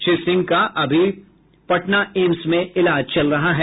श्री सिंह का अभी एम्स पटना में इलाज चल रहा है